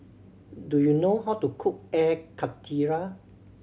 do you know how to cook Air Karthira